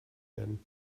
werden